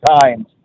times